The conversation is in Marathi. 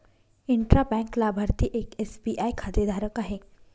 इंट्रा बँक लाभार्थी एक एस.बी.आय खातेधारक आहे